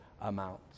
amounts